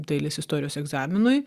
dailės istorijos egzaminui